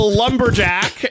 lumberjack